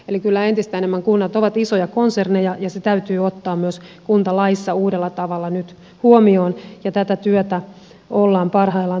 eli kyllä entistä enemmän kunnat ovat isoja konserneja ja se täytyy ottaa myös kuntalaissa uudella tavalla nyt huomioon ja tätä työtä ollaan parhaillaan tekemässä